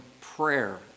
prayer